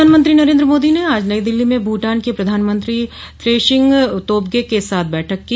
प्रधानमंत्री नरेंद्र मोदी ने आज नई दिल्ली में भूटान के प्रधानमंत्री त्शेरिंगतोब्गे के साथ बैठक की